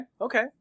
okay